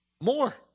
More